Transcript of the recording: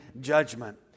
judgment